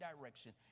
direction